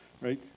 right